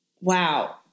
wow